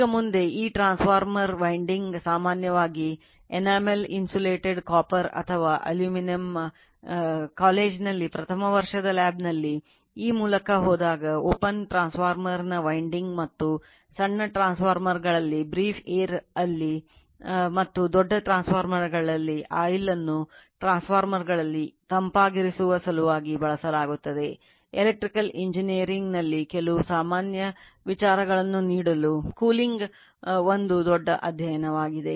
ಈಗ ಮುಂದೆ ಈ transformer ನಲ್ಲಿ ಕೆಲವು ಸಾಮಾನ್ಯ ವಿಚಾರಗಳನ್ನು ನೀಡಲು cooling ಒಂದು ದೊಡ್ಡ ಅಧ್ಯಾಯವಾಗಿದೆ